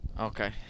Okay